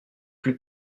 plus